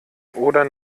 oder